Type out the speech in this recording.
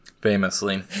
Famously